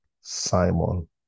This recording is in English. Simon